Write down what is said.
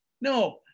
No